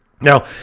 Now